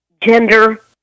gender